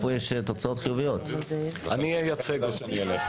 יש פה ייעוץ משפטי.